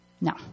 No